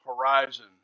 horizon